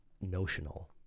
notional